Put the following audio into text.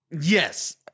yes